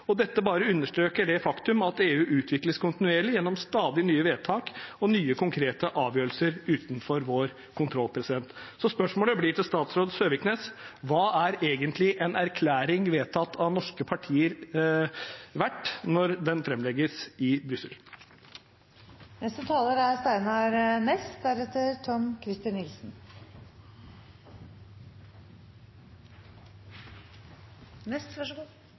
flyt. Dette bare understreker det faktumet at EU utvikles kontinuerlig gjennom stadig nye vedtak og nye konkrete avgjørelser utenfor vår kontroll. Så spørsmålet til statsråd Søviknes blir: Hva er egentlig en erklæring som er vedtatt av norske partier, verdt når den framlegges i Brussel? Eigarskap til og styringsrett over naturressursane jord, skog vatn, fisk, mineralar, olje og gass har vore, er